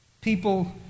People